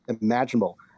imaginable